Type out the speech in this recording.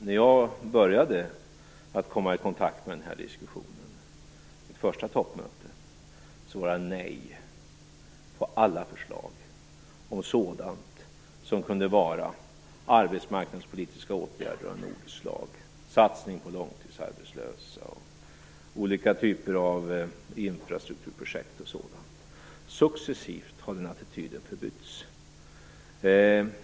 När jag började att komma i kontakt med den här diskussionen, vid mitt första toppmöte, sade man nej till alla förslag om sådant som kunde vara arbetsmarknadspolitiska åtgärder av något slag - satsning på långtidsarbetlösa, olika typer av infrastrukturprojekt och sådant. Successivt har den attityden förbytts.